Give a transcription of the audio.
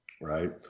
right